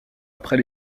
après